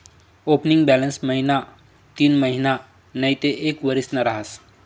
opening balance महिना तीनमहिना नैते एक वरीसना रहास